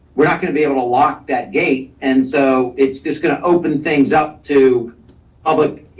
we're not gonna be able to lock that gate. and so it's just gonna open things up to public,